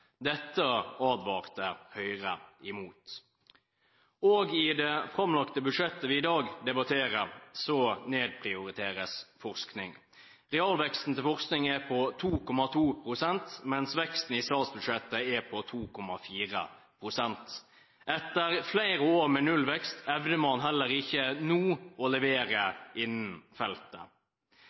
Dette advarte Høyre mot. I det framlagte budsjettet vi i dag debatterer, nedprioriteres forskning. Realveksten til forskning er på 2,2 pst., mens veksten i statsbudsjettet er på 2,4 pst. Etter flere år med nullvekst evner man heller ikke nå å levere innen feltet.